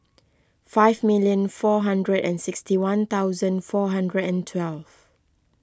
five minute four hundred and sixty one thousand four hundred and twelve